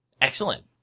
Excellent